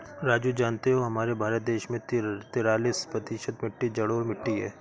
राजू जानते हो हमारे भारत देश में तिरालिस प्रतिशत मिट्टी जलोढ़ मिट्टी हैं